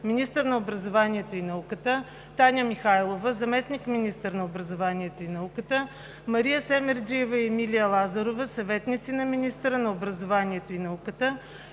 министър на образованието и науката, Таня Михайлова – заместник-министър на образованието и науката, Мария Семерджиева и Емилия Лазарова – съветници на министъра на образованието и науката,